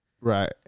Right